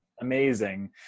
amazing